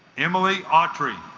emily autry